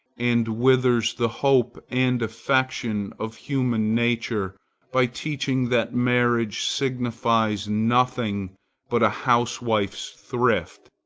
and withers the hope and affection of human nature by teaching that marriage signifies nothing but a housewife's thrift,